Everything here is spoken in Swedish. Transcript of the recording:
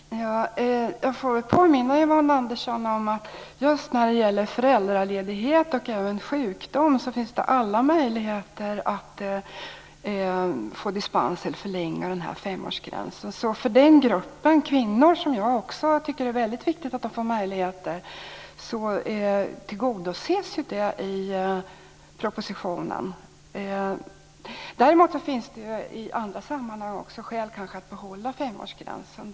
Fru talman! Jag får påminna Yvonne Andersson om att det finns alla möjligheter att få dispens från femårsgränsen eller förlänga perioden när det gäller föräldraledighet och sjukdom. För denna grupp kvinnor - och jag tycker också att det är väldigt viktigt att de får möjligheter - tillgodoses detta i propositionen. Däremot finns i andra sammanhang kanske skäl för att behålla femårsgränsen.